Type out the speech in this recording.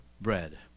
bread